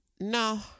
No